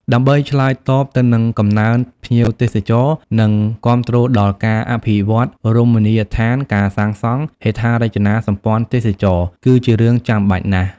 ដើម្បីឆ្លើយតបទៅនឹងកំណើនភ្ញៀវទេសចរ និងគាំទ្រដល់ការអភិវឌ្ឍន៍រមណីយដ្ឋាន ការសាងសង់ ហេដ្ឋារចនាសម្ព័ន្ធទេសចរណ៍ គឺជារឿងចាំបាច់ណាស់។